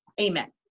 Amen